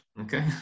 okay